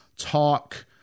Talk